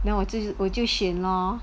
then 我就我就选 lor